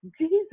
Jesus